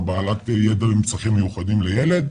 או בעלת ידע עם צרכים מיוחדים לילד,